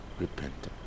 repentant